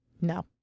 No